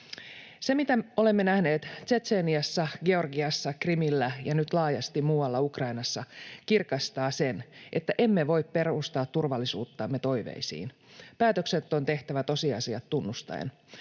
Se, mitä olemme nähneet Tšetšeniassa, Georgiassa, Krimillä ja nyt laajasti muualla Ukrainassa, kirkastaa sen, että emme voi perustaa turvallisuuttamme toiveisiin. Päätökset on tehtävä tosiasiat tunnustaen.